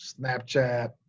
Snapchat